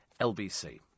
LBC